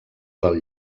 del